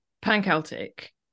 Pan-Celtic